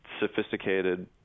sophisticated